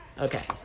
Okay